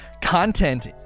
content